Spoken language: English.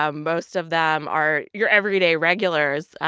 ah most of them are your everyday regulars.